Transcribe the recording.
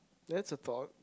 that's a thought